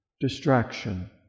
distraction